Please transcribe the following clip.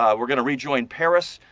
um we're going to rejoin paris.